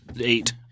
eight